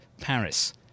Paris